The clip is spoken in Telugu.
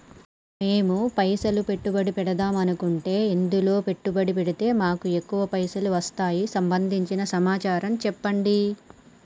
మేము పైసలు పెట్టుబడి పెడదాం అనుకుంటే ఎందులో పెట్టుబడి పెడితే మాకు ఎక్కువ పైసలు వస్తాయి సంబంధించిన సమాచారం చెప్పండి?